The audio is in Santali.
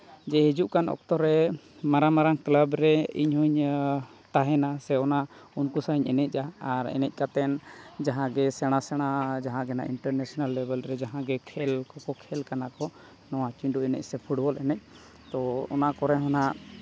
ᱡᱮ ᱦᱤᱡᱩᱜ ᱠᱟᱱ ᱚᱠᱛᱚᱨᱮ ᱢᱟᱨᱟᱝ ᱢᱟᱨᱟᱝ ᱠᱞᱟᱵᱽ ᱨᱮ ᱤᱧᱦᱚᱸᱧ ᱛᱟᱦᱮᱱᱟ ᱥᱮ ᱚᱱᱟ ᱩᱱᱠᱩ ᱥᱟᱣᱤᱧ ᱮᱱᱮᱡᱟ ᱟᱨ ᱮᱱᱮᱡ ᱠᱟᱛᱮᱫ ᱡᱟᱦᱟᱸᱜᱮ ᱥᱮᱬᱟ ᱥᱮᱬᱟ ᱡᱟᱦᱟᱸ ᱤᱱᱴᱟᱨᱱᱮᱥᱮᱱᱮᱞ ᱞᱮᱵᱮᱞ ᱨᱮ ᱡᱟᱦᱟᱸᱜᱮ ᱠᱷᱮᱞ ᱠᱚᱠᱚ ᱠᱷᱮᱞ ᱠᱟᱱᱟ ᱠᱚ ᱱᱚᱣᱟ ᱪᱤᱸᱰᱩ ᱮᱱᱮᱡ ᱥᱮ ᱯᱷᱩᱴᱵᱚᱞ ᱮᱱᱮᱡ ᱛᱳ ᱚᱱᱟ ᱠᱚᱨᱮᱦᱚᱸ ᱦᱟᱸᱜ